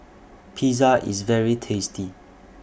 Pizza IS very tasty